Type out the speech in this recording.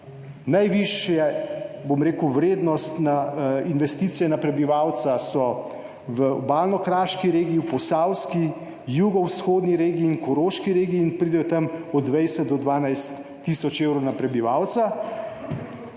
Najvišje vrednosti investicij na prebivalca so v Obalno-kraški regiji, Posavski, Jugovzhodni regiji in Koroški regiji in pridejo tam od 12 do 20 tisoč evrov na prebivalca,